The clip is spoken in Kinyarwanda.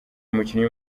umukinnyi